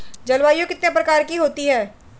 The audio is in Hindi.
जलवायु कितने प्रकार की होती हैं?